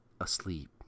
asleep